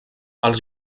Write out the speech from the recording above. els